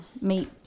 meet